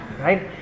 right